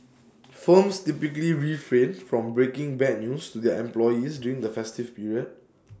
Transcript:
firms typically refrain from breaking bad news to their employees during the festive period